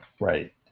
right